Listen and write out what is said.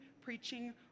preaching